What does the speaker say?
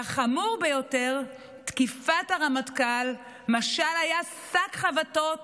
והחמור ביותר: תקיפת הרמטכ"ל משל היה שק חבטות